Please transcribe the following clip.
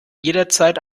jederzeit